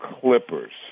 Clippers